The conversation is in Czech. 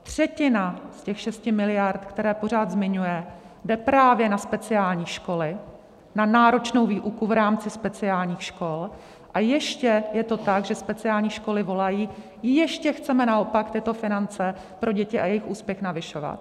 Třetina z těch 6 miliard, které pořád zmiňuje, jde právě na speciální školy, na náročnou výuku v rámci speciálních škol, a ještě je to tak, že speciální školy volají: ještě chceme naopak tyto finance pro děti a jejich úspěch navyšovat.